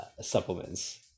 supplements